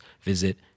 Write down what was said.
visit